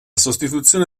sostituzione